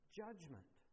judgment